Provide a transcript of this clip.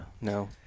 no